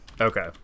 Okay